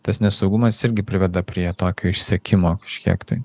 tas nesaugumas irgi priveda prie tokio išsekimo kažkiek tai